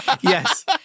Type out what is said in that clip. Yes